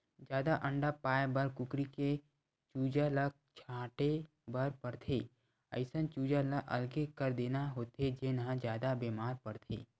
जादा अंडा पाए बर कुकरी के चूजा ल छांटे बर परथे, अइसन चूजा ल अलगे कर देना होथे जेन ह जादा बेमार परथे